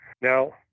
Now